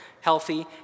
healthy